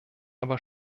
aber